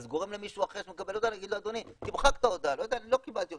אז זה גורם למישהו אחר שמקבל הודעה להגיד לו: תמחק את ההודעה,